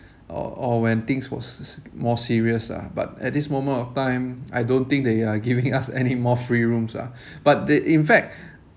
or or when things was more serious lah but at this moment of time I don't think they are giving us any more free rooms lah but they in fact